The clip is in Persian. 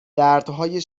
دردهای